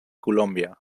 colòmbia